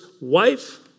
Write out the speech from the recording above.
wife